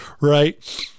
right